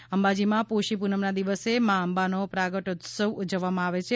અંબાજી અંબાજીમાં પોષી પૂનમના દિવસે મા આંબાનો પ્રાગટ્યોત્સવ ઉજવવામાં આવે છે